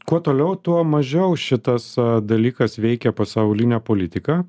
kuo toliau tuo mažiau šitas dalykas veikia pasaulinę politiką